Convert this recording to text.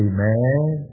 Amen